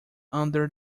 under